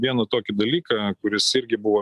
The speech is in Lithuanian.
vieną tokį dalyką kuris irgi buvo